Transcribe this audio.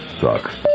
sucks